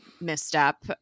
misstep